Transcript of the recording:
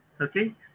Okay